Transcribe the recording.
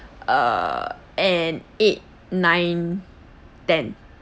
err and eight nine ten